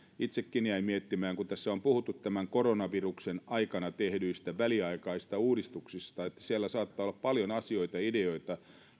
itsekin jäin miettimään kun tässä on puhuttu tämän koronaviruksen aikana tehdyistä väliaikaisista uudistuksista että siellä saattaa olla paljon asioita ja ideoita